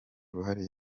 uruhare